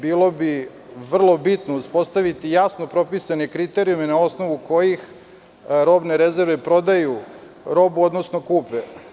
Bilo bi vrlo bitno uspostaviti jasno propisane kriterijume na osnovu kojih robne rezerve prodaju robu, odnosno kupe.